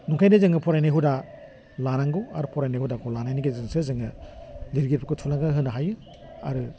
ओंखायनो जोङो फरायनाय हुदा लानांगौ आरो फरायनाय हुदाखौ लानायनि गेजेरजोंसो जोङो लिरगिरिफोरखौ थुलुंगा होनो हायो आरो